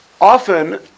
often